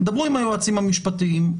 דברו עם היועצים המשפטיים,